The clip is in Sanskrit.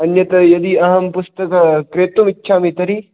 अन्यत् यदि अहं पुस्तकं क्रेतुम् इच्छामि तर्हि